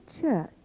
church